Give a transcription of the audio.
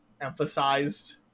emphasized